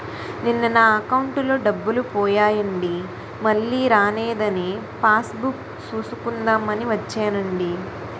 నిన్న నా అకౌంటులో డబ్బులు పోయాయండి మల్లీ రానేదని పాస్ బుక్ సూసుకుందాం అని వచ్చేనండి